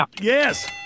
Yes